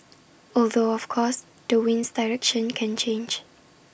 although of course the wind's direction can change